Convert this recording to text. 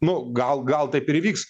nu gal gal taip ir įvyks